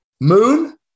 Moon